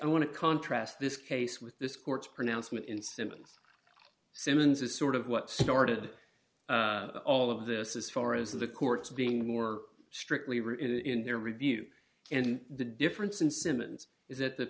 i want to contrast this case with this court's pronouncement in simmons simmonds is sort of what started all of this as far as the courts being more strictly were in their review and the difference in simmons is that the